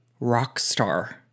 Rockstar